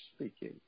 speaking